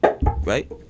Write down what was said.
right